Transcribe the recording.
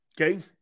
Okay